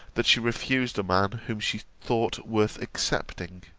that she refused a man whom she thought worth accepting